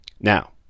Now